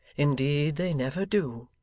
indeed they never do